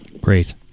Great